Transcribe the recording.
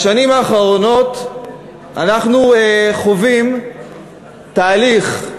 בשנים האחרונות אנחנו חווים תהליך,